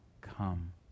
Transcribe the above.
come